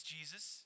Jesus